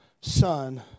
Son